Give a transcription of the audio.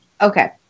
okay